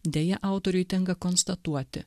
deja autoriui tenka konstatuoti